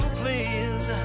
please